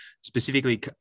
specifically